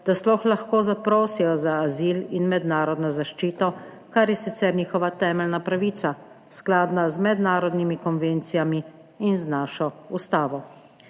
da sploh lahko zaprosijo za azil in mednarodno zaščito, kar je sicer njihova temeljna pravica, skladna z mednarodnimi konvencijami in z našo Ustavo.